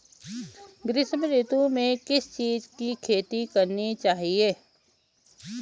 ग्रीष्म ऋतु में किस चीज़ की खेती करनी चाहिये?